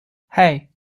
hey